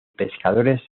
pescadores